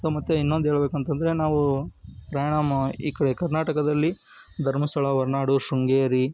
ಮತ್ತು ಇನ್ನೊಂದು ಹೇಳಬೇಕು ಅಂತ ಅಂದ್ರೆ ನಾವು ಪ್ರಯಾಣ ಮಾ ಈ ಕಡೆ ಕರ್ನಾಟಕದಲ್ಲಿ ಧರ್ಮಸ್ಥಳ ಹೊರನಾಡು ಶೃಂಗೇರಿ